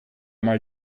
mal